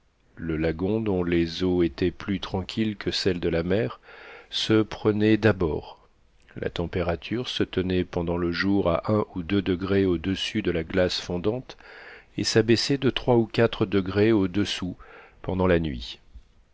le lagon dont les eaux étaient plus tranquilles que celles de la mer se prenaient d'abord la température se tenait pendant le jour à un ou deux degrés au-dessus de la glace fondante et s'abaissait de trois ou quatre degrés au-dessous pendant la nuit